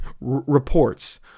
reports